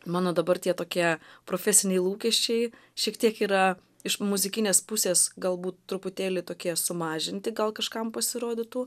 mano dabar tie tokie profesiniai lūkesčiai šiek tiek yra iš muzikinės pusės galbūt truputėlį tokie sumažinti gal kažkam pasirodytų